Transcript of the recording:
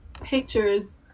pictures